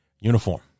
uniform